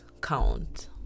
count